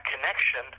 connection